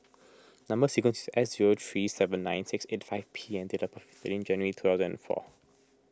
Number Sequence is S zero three seven nine six eight five P and date of birth is thirteen January two thousand and four